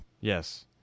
Yes